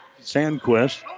Sandquist